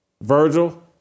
Virgil